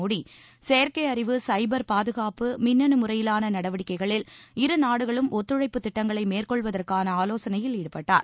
மோடி செயற்கை அறிவு சைபர் பாதுகாப்பு மின்னணு முறையிலான நடவடிக்கைகளில் இருநாடுகளும் ஒத்துழைப்புத் திட்டங்களை மேற்கொள்வதற்கான ஆவோசனையில் ஈடுபட்டார்